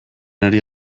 ari